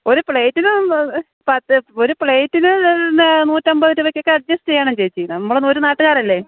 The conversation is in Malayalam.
ഒരു പ്ലേറ്റിന് പത്ത് ഒരു പ്ലേറ്റിന് നൂറ്റമ്പത് രൂപയ്ക്കൊക്കെ അഡ്ജസ്റ്റ് ചെയ്യണം ചേച്ചി നമ്മൾ ഒരു നാട്ടുകാരല്ലേ